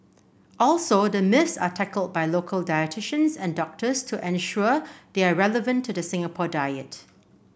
also the myths are tackled by local dietitians and doctors to ensure they are relevant to the Singapore diet